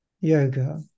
yoga